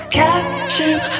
catching